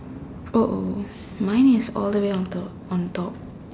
oh oh mine is all the way on top on top